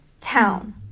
Town